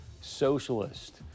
socialist